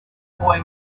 boy